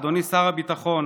אדוני שר הביטחון,